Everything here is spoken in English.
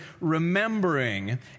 remembering